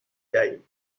دهیم